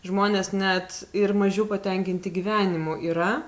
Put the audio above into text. žmonės net ir mažiau patenkinti gyvenimu yra